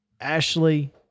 Ashley